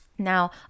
Now